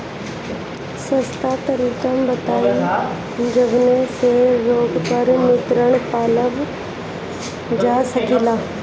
सस्ता तरीका बताई जवने से रोग पर नियंत्रण पावल जा सकेला?